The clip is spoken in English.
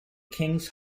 kings